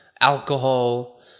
alcohol